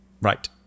Right